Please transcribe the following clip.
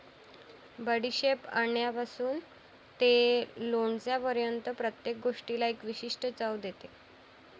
बडीशेप अंड्यापासून ते लोणच्यापर्यंत प्रत्येक गोष्टीला एक विशिष्ट चव देते